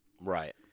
Right